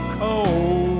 cold